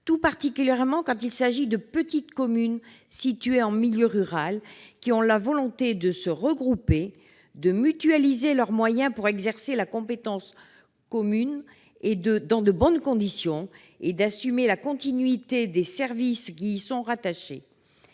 tout particulièrement pour les petites communes situées en milieu rural, qui ont la volonté de se regrouper et de mutualiser leurs moyens pour exercer une compétence commune dans de bonnes conditions et, ainsi, assurer la continuité des services qui y sont rattachés